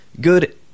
Good